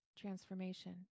transformation